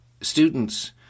students